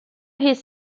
his